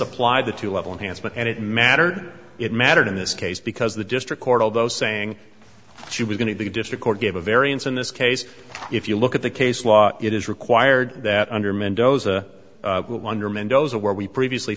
applied the two level enhanced but and it mattered it mattered in this case because the district court although saying she was going to the district court gave a variance in this case if you look at the case law it is required that under mendoza under mendoza where we previously